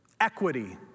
equity